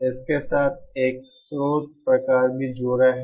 इसके साथ एक स्रोत प्रकार भी जुड़ा हुआ है